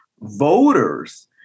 voters